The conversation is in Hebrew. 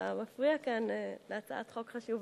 אתה מפריע כאן להצעת חוק חשובה.